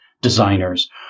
designers